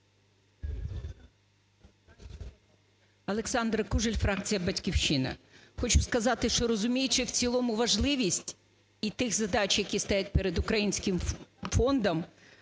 Олександра Кужель, фракція "Батьківщина". Хочу сказати, що, розуміючи в цілому важливість і тих задач, які стоять перед українським фондом,